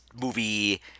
movie